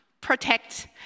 protect